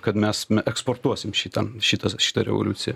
kad mes eksportuosim šitą šitą šitą revoliuciją